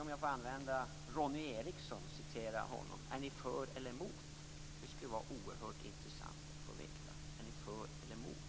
Låt mig få referera till Ronny Eriksson och fråga: Är ni för eller emot? Det skulle vara oerhört intressant att få veta.